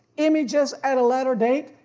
images at a later date,